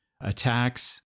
attacks